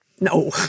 No